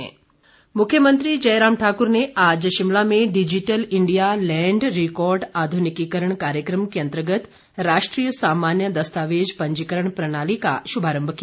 मुख्यमंत्री मुख्यमंत्री जयराम ठाकुर ने आज शिमला में डिजिटल इंडिया लैंड रिकॉर्ड आधुनिकीकरण कार्यक्रम के अंतर्गत राष्ट्रीय सामान्य दस्तोवज पंजीकरण प्रणाली का शुभारंभ किया